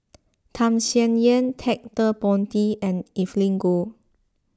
Tham Sien Yen Ted De Ponti and Evelyn Goh